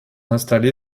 installée